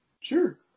Sure